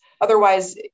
Otherwise